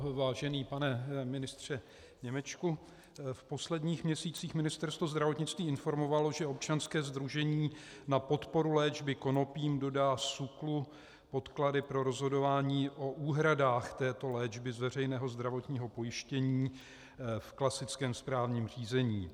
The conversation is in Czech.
Vážený pane ministře Němečku, v posledních měsících Ministerstvo zdravotnictví informovalo, že občanské sdružení na podporu léčby konopím dodá SÚKLu podklady pro rozhodování o úhradách této léčby z veřejného zdravotního pojištění v klasickém správním řízení.